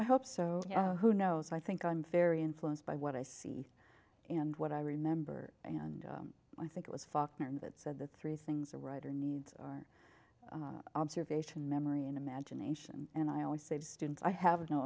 i hope so who knows i think i'm very influenced by what i see and what i remember and i think it was faulkner that said the three things a writer needs are observation memory and imagination and i always say to students i have no